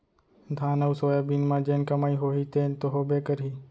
धान अउ सोयाबीन म जेन कमाई होही तेन तो होबे करही